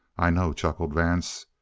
i know, chuckled vance.